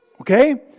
okay